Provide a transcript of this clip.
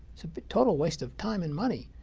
it's a but total waste of time and money.